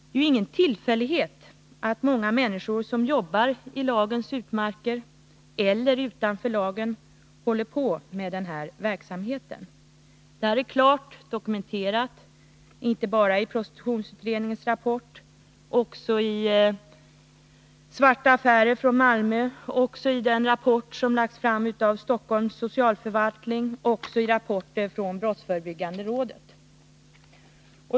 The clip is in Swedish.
Det är ingen tillfällighet att många människor som jobbar i lagens utmarker eller utanför lagen håller på med denna verksamhet. Det är klart dokumenterat inte bara i prostitutionsutredningens rapport utan också i Svarta affärer från Malmö, i den rapport som lagts fram av Stockholms socialförvaltning och i rapporter från brottsförebyggande rådet.